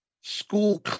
school